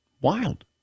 Wild